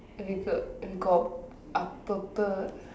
we could we got அப்பப்ப:appappa